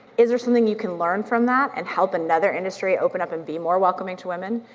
is there something you can learn from that and help another industry open up and be more welcoming to women?